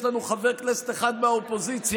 יש לנו חבר כנסת אחד מהאופוזיציה,